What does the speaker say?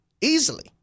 easily